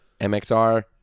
MXR